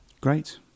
Great